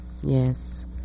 Yes